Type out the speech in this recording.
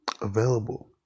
available